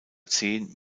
zehen